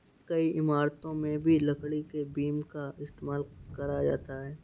कई इमारतों में भी लकड़ी के बीम का इस्तेमाल करा जाता है